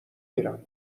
میرم